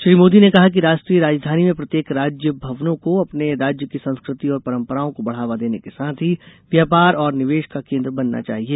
श्री मोदी ने कहा कि राष्ट्रीय राजधानी में प्रत्येक राज्य भवनों को अपने राज्य की संस्कृति और परम्पराओं को बढ़ावा देने के साथ ही व्यापार और निवेश का केन्द्र बनना चाहिए